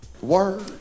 Word